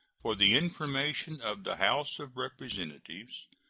for the information of the house of representatives,